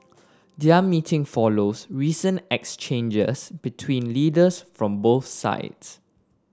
their meeting follows recent exchanges between leaders from both sides